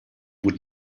would